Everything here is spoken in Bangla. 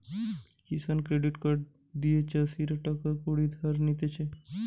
কিষান ক্রেডিট কার্ড দিয়ে চাষীরা টাকা কড়ি ধার নিতেছে